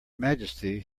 majesty